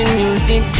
music